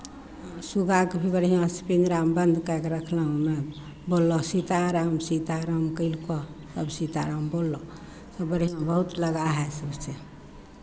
सुग्गाकेँ भी बढ़िआँसँ पिंजरामे बन्द कए कऽ रखलहुँ ओहिमे बोललक सीताराम सीताराम कयलकह आ सीताराम बोललह बढ़िआँ बहुत लगाव हइ एहि सभसँ